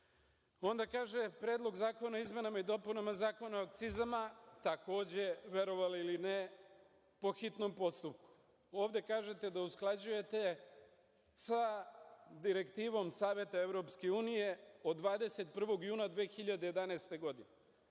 kaže, Predlog zakona o izmenama i dopunama Zakona o akcizama, takođe, verovali ili ne, po hitnom postupku. Ovde kažete da usklađujete sa direktivom Saveta EU od 21. juna 2011. godine.